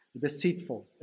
deceitful